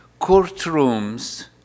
Courtrooms